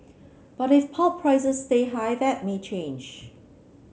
but if pulp prices stay high that may change